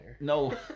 No